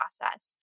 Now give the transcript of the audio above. process